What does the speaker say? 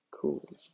cool